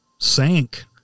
Sank